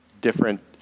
different